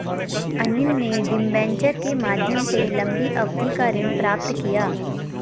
अनिल ने डिबेंचर के माध्यम से लंबी अवधि का ऋण प्राप्त किया